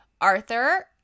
Arthur